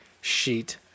sheet